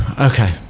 okay